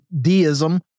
deism